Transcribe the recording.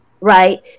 Right